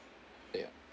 ya